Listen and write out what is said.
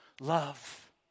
love